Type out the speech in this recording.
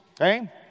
Okay